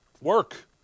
Work